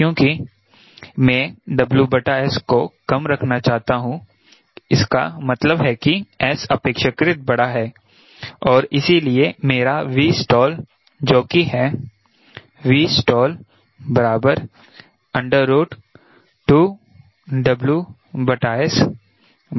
क्यूंकि मैं WS को कम रखना चाहता हूं इसका मतलब है कि S अपेक्षाकृत बड़ा है और इसीलिए मेरा Vstall जो की है Vstall 2WSCl कम होगा